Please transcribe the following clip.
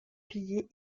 pillée